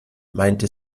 meinte